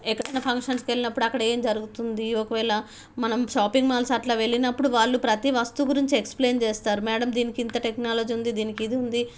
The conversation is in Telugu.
ఎక్కడికన్నా ఫంక్షన్స్కి వెళ్ళినప్పుడు అక్కడ ఏమి జరుగుతుంది ఒకవేళ మనం షాపింగ్ మాల్స్ అట్లా వెళ్ళినప్పుడు వాళ్ళు ప్రతి వస్తువు గురించి ఎక్స్ప్లయిన్ చేస్తారు మేడం దీనికి ఇంత టెక్నాలజీ ఉంది దీనికి ఇది ఉంది